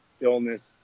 illness